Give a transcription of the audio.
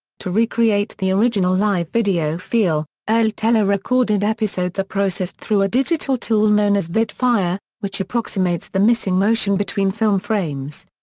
to recreate the original live video feel, early telerecorded episodes are processed through a digital tool known as vidfire, which approximates the missing motion between film frames.